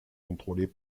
contrôlées